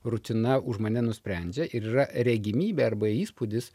rutina už mane nusprendžia ir yra regimybė arba įspūdis